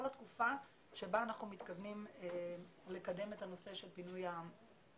התקופה בה אנחנו מתכוונים לקדם את הנושא של פינוי המקומות.